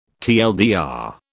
TLDR